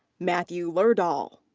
matthew lerdahl.